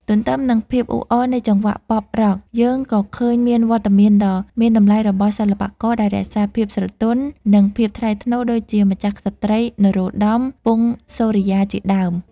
ទន្ទឹមនឹងភាពអ៊ូអរនៃចង្វាក់ ប៉ុប-រ៉ក់ (Pop-Rock) យើងក៏ឃើញមានវត្តមានដ៏មានតម្លៃរបស់សិល្បករដែលរក្សាភាពស្រទន់ និងភាពថ្លៃថ្នូរ ដូចជាម្ចាស់ក្សត្រី នរោត្តម ពង្សសូរិយា ជាដើម។